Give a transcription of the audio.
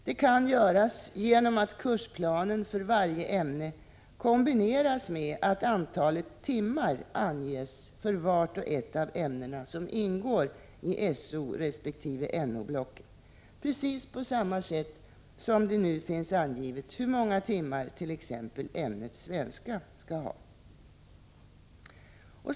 Det kan göras genom att kursplanen för varje ämne kombineras med att antalet timmar anges för vart och ett av de ämnen som ingår i SO resp. NO-blocken, liksom det nu finns angivet hur många timmar t.ex. ämnet svenska skall ha.